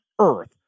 earth